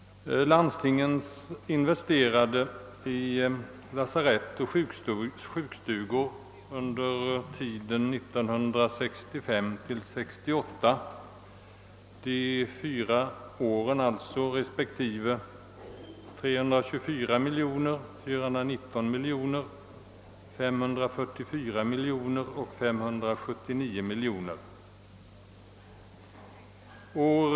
Landstingen investerade i lasarett och sjukstugor under de fyra åren 1965—1968 respektive 324 miljoner, 419 miljoner, 544 miljoner och 579 miljoner kronor.